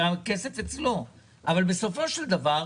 אבל הוא נותן.